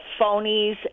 phonies